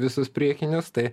visus priekinius tai